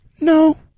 No